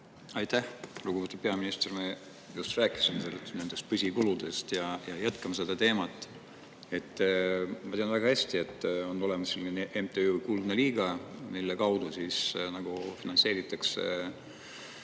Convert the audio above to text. Aitäh! Lugupeetud peaminister! Me just rääkisime nendest püsikuludest ja jätkan seda teemat. Ma tean väga hästi, et on olemas selline MTÜ nagu Kuldne Liiga, mille kaudu nagu finantseeritakse